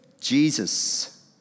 Jesus